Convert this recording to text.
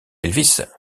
elvis